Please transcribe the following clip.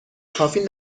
کافی